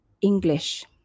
English